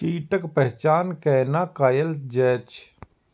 कीटक पहचान कैना कायल जैछ?